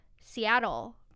Seattle